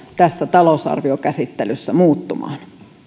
tässä talousarviokäsittelyssä muuttumaan